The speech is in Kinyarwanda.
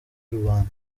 rubanda